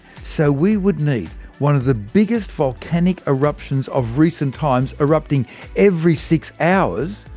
so, we would need one of the biggest volcanic eruptions of recent times erupting every six hours,